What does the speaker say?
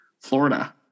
Florida